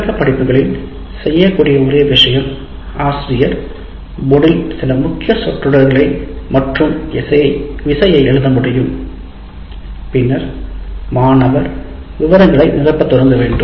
விளக்க படிப்புகளில் செய்யக்கூடிய ஒரே விஷயம் ஆசிரியர் போர்டில் சில முக்கிய சொற்றொடர்களை மற்றும் விசையை எழுத முடியும் பின்னர் மாணவர் விவரங்களை நிரப்பத் தொடங்க வேண்டும்